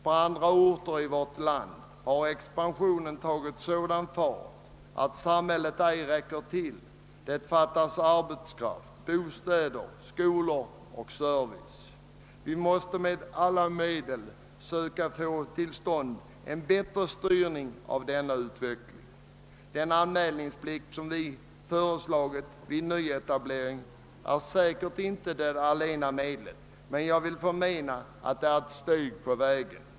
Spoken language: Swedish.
På andra orter i vårt land har expansionen tagit sådan fart att det fattas arbetskraft, bostäder, skolor och service. Vi måste med alla medel söka få till stånd en bättre styrning av denna utveckling. Den anmälningsplikt vid nyetablering som vi föreslagit är säkerligen inte det enda medlet, men jag vill förmena att den är ett steg på vägen.